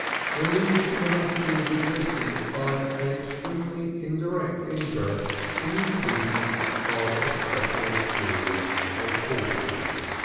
relieves the monotony of existence by an extremely indirect interest in the achievements of a special breed of horses.